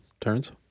turns